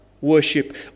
worship